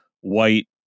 white